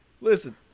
listen